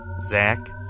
Zach